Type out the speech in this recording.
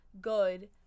good